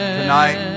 tonight